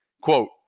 quote